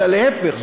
אלא להפך,